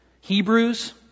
Hebrews